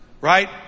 Right